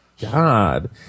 God